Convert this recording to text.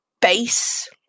base